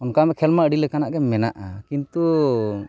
ᱚᱱᱠᱟᱱ ᱠᱷᱮᱞᱢᱟ ᱟᱹᱰᱤᱞᱮᱠᱟᱱᱟᱜ ᱜᱮ ᱢᱮᱱᱟᱜᱼᱟ ᱠᱤᱱᱛᱩ